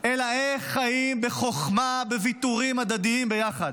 אלא איך חיים בחוכמה ובוויתורים הדדיים ביחד.